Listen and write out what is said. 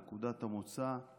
נקודת המוצא היא